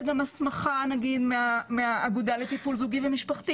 גם הסמכה מהאגודה לטיפול זוגי ומשפחתי.